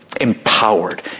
empowered